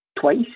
Twice